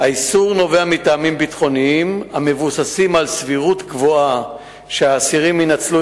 האיסור נובע מטעמים ביטחוניים המבוססים על סבירות גבוהה שהאסירים ינצלו